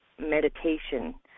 meditation